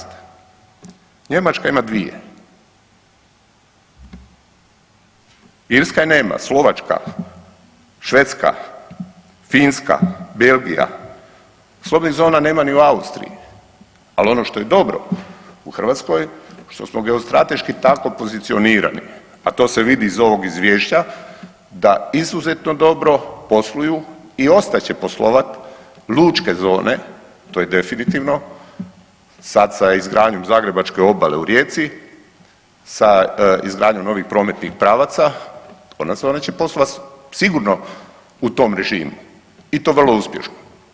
Njemačka ima 2. Irska je nema, Slovačka, Švedska, Finska, Belgija, slobodnih zona nema ni u Austriji, ali ono što je dobro u Hrvatskoj, što smo geostrateški tako pozicionirani, a to se vidi iz ovog Izvješća, da izuzetno dobro posluju i ostat će poslovati lučke zone, to je definitivno, sad sa izgradnjom Zagrebačke obale u Rijeci, sa izgradnjom novih prometnih pravaca, ... sigurno u tom režimu i to vrlo uspješno.